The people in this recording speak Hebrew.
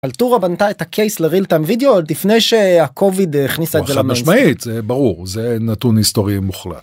קלטורה בנתה את הקייס לרילטיים וידאו לפני שהקוביד הכניסה את זה, חד משמעית זה ברור זה נתון היסטורי מוחלט.